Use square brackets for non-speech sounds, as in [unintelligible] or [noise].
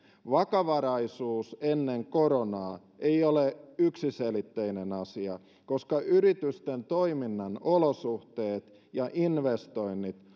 vakavaraisuus ennen koronaa ei ole yksiselitteinen asia koska yritysten toiminnan olosuhteet ja investoinnit [unintelligible]